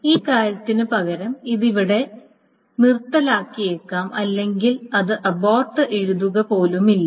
ഈ കാര്യത്തിനുപകരം ഇത് ഇവിടെ നിർത്തലാക്കിയേക്കാം അല്ലെങ്കിൽ അത് അബോർട്ട് എഴുതുക പോലുമില്ല